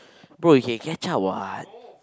bro you can catch up what